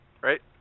Right